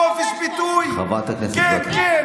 חופש ביטוי --- אי-אפשר להקשיב לו.